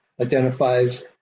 identifies